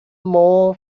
more